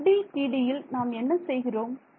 FDTDல் நாம் என்ன செய்கிறோம்